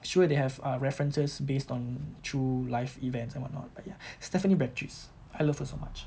sure they have uh references based on true life events and what not but ya stephanie beatriz I love her so much